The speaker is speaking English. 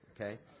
okay